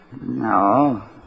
No